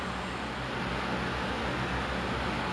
oh kena cari tempat sunyi sunyi